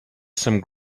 some